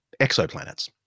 exoplanets